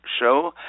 show